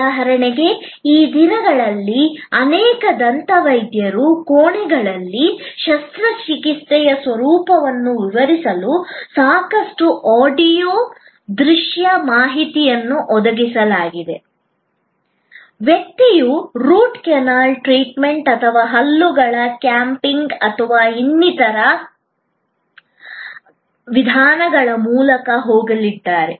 ಉದಾಹರಣೆಗೆ ಈ ದಿನಗಳಲ್ಲಿ ಅನೇಕ ದಂತವೈದ್ಯರ ಕೋಣೆಗಳಲ್ಲಿ ಶಸ್ತ್ರಚಿಕಿತ್ಸೆಯ ಸ್ವರೂಪವನ್ನು ವಿವರಿಸಲು ಸಾಕಷ್ಟು ಆಡಿಯೊ ದೃಶ್ಯ ಮಾಹಿತಿಯನ್ನು ಒದಗಿಸಲಾಗಿದೆ ವ್ಯಕ್ತಿಯು ರೂಟ್ ಕೆನಾಲ್ ಟ್ರೀಟ್ಮೆಂಟ್ ಅಥವಾ ಹಲ್ಲುಗಳ ಕ್ಯಾಪಿಂಗ್ ಅಥವಾ ಇನ್ನಿತರ ವಿಧಾನಗಳ ಮೂಲಕ ಹೋಗಲಿದ್ದಾರೆ